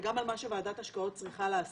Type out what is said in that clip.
וגם על מה שוועדת השקעות צריכה לעשות,